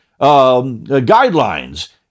guidelines